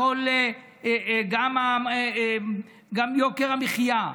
גם יוקר המחיה,